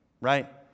right